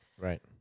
Right